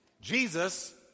Jesus